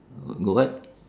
go what